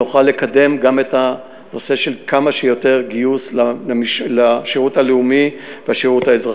נוכל לקדם גם את הנושא של כמה שיותר גיוס לשירות הלאומי ולשירות האזרחי.